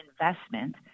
investment